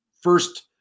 first